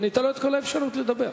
וניתן לו את כל האפשרות לדבר.